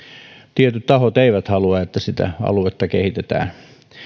tietyt tahot eivät halua että sitä aluetta kehitetään